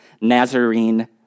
Nazarene